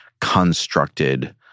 constructed